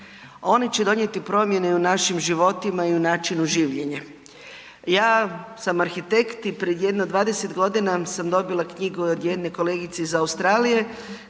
Oni će donijeti promjene i u našim životima i u načinu življenja. Ja sam arhitekt i prije jedno 20 godina sam dobila knjigu od jedne kolegice iz Australije,